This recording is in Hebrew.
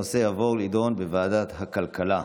הנושא יעבור להידון בוועדת הכלכלה.